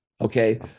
Okay